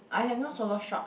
I have no solo shot